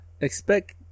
expect